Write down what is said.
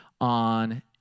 on